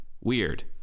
Weird